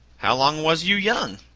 how long was you young?